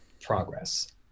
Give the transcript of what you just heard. progress